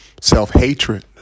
self-hatred